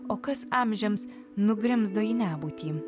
o kas amžiams nugrimzdo į nebūtį